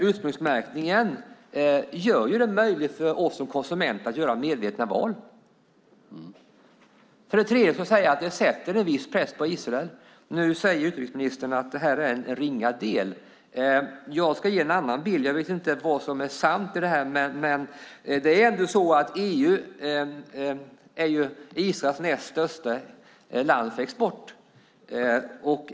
Ursprungsmärkningen gör det också möjligt för oss konsumenter att göra medvetna val. Dessutom sätter det en viss press på Israel. Nu säger utrikesministern att detta är en ringa del, men jag ska ge en annan bild. Jag vet inte vad som är sant i detta, men det är ändå så att EU är Israels näst största exportområde.